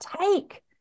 take